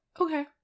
Okay